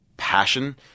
passion